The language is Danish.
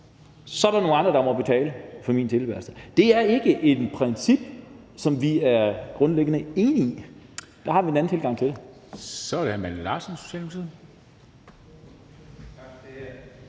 så er der nogle andre, der må betale for vedkommendes tilværelse. Det er ikke et princip, som vi er grundlæggende enige i – der har vi en anden tilgang til